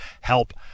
Help